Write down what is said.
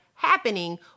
Happening